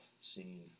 scene